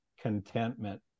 contentment